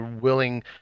willing